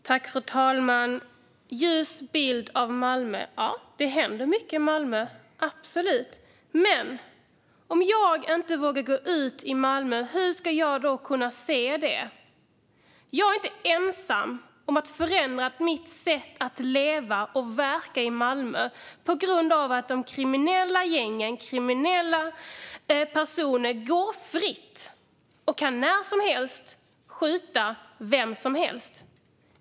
Fru talman! Man kan ge en ljus bild av Malmö, och det händer mycket i Malmö - absolut. Men om jag inte vågar gå ut i Malmö, hur ska jag då kunna se det? Jag är inte ensam om att ha förändrat mitt sätt att leva och verka i Malmö på grund av att de kriminella gängen - kriminella personer - går omkring fritt och när som helst kan skjuta vem som helst.